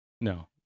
no